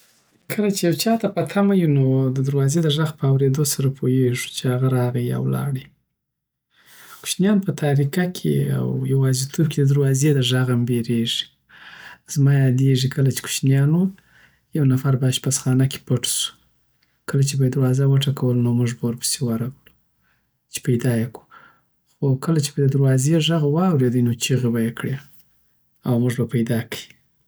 کله چی یوچاته په تمه یو نو د دروازې د ږغ به اوریدو سره پویږو چی هغه راغی یاولاړی کوشنیان په تاریکه او یوازی توب کی د دروازی له ږغه هم بریږی زمایادیږی کله چی کوشنیان وو یو یونفر به اشپزخانه کی پټ سو او کله چی به یی دروازه وټکوله نو موږ به ورپسی ورغلو چی پیدا یی کړو خو کله چی به یی ددروازی ږغ واودیدی نو چیغی به یی کړی او موږ به پیدا کړی